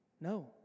No